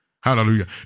Hallelujah